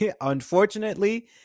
Unfortunately